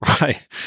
right